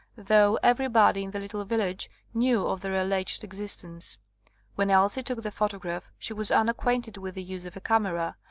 though every body in the little village knew of their alleged existence when elsie took the photo graph she was unacquainted with the use of a camera,